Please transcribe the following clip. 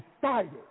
decided